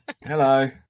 Hello